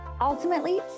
ultimately